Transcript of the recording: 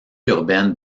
urbaine